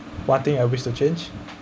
one thing I wish to change